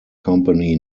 company